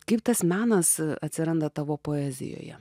kaip tas menas atsiranda tavo poezijoje